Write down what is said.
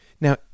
Now